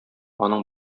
аның